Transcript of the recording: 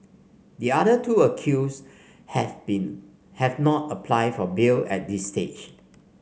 the other two accused have been have not applied for bail at this stage